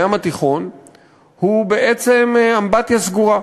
הים התיכון הוא בעצם אמבטיה סגורה,